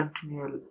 continual